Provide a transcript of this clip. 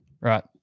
right